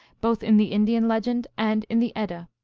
both in the indian legend and in the edda.